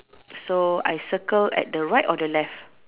so I circle at the right or the left